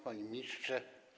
Panie Ministrze!